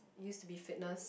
used to be fitness